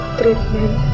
treatment